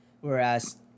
whereas